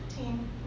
team